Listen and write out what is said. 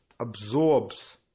absorbs